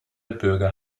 bürger